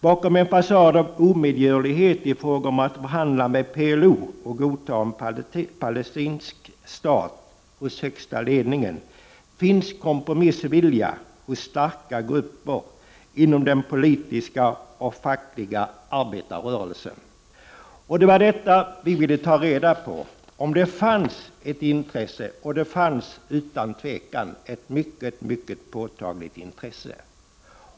Bakom en fasad av omedgörlighet i fråga om att förhandla med PLO och godta en palestinsk stat hos högsta ledningen finns kompromissvilja hos starka grupper inom den politiska och fackliga arbetarrörelsen.” Vi ville ta reda på om det fanns ett intresse, och det fanns utan tvivel ett mycket påtagligt intresse.